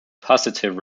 positive